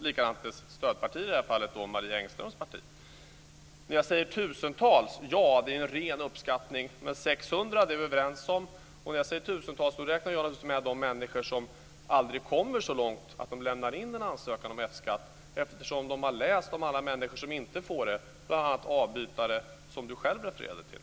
Likadant är det med stödpartiet i det här fallet, Marie Engströms parti. När jag säger tusentals är det en ren uppskattning. Men 600 är vi överens om. När jag säger tusentals räknar jag naturligtvis med de människor som aldrig kommer så långt att de lämnar in en ansökan om F skatt, eftersom de har läst om alla människor som inte får det, bl.a. avbytare, som Marie Engström själv refererade till.